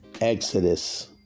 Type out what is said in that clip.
Exodus